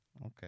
okay